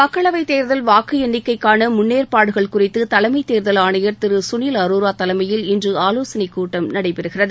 மக்களவைத் தேர்தல் வாக்கு எண்ணிக்கைக்கான முன்னேற்பாடுகள் குறித்து தலைமைத் தேர்தல் ஆணையர் திரு சுனில் அரோரா தலைமையில் இன்று ஆவோசனை கூட்டம் நடைபெறுகிறது